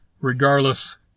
regardless